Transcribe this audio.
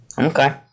okay